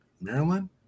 Maryland